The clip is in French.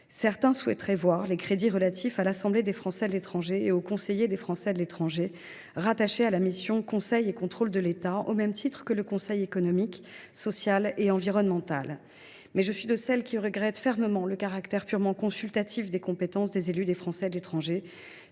Certains souhaiteraient voir les crédits relatifs à l’Assemblée des Français de l’étranger (AFE) et aux conseillers des Français de l’étranger rattachés à la mission « Conseil et Contrôle de l’État », au même titre que le Conseil économique, social et environnemental. Pour ma part, je suis de ceux qui regrettent fermement le caractère purement consultatif des compétences des élus des Français de l’étranger.